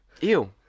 Ew